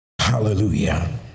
Hallelujah